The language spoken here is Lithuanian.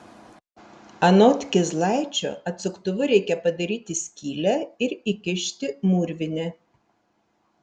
anot kizlaičio atsuktuvu reikia padaryti skylę ir įkišti mūrvinę